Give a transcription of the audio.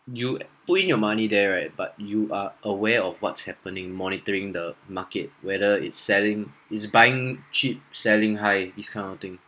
you put in your money there right but you are aware of what's happening monitoring the market whether it's selling is buying cheap selling high this kind of thing